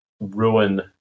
ruin